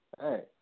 hey